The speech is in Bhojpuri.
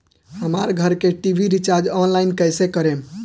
हमार घर के टी.वी रीचार्ज ऑनलाइन कैसे करेम?